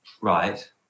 Right